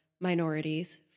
minorities